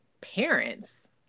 parents